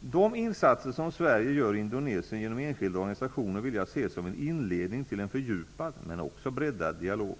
De insatser som Sverige gör i Indonesien genom enskilda organisationer vill jag se om en inledning till en fördjupad, men också breddad, dialog.